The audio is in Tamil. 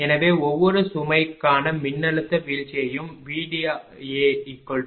எனவே ஒவ்வொரு சுமைக்கான மின்னழுத்த வீழ்ச்சியையும் VDA300